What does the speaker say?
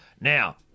Now